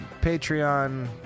Patreon